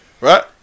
right